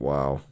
Wow